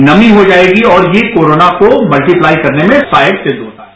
नमी हो जायेगी और यह कोरोना को मल्टीप्लाई करने में सहायक सिद्ध होता है